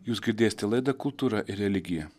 jūs girdėsite laidą kultūra ir religija